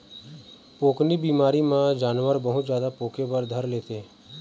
पोकनी बिमारी म जानवर बहुत जादा पोके बर धर लेथे